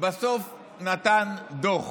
בסוף נתן דוח